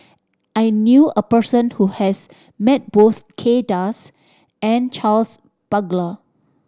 I knew a person who has met both Kay Das and Charles Paglar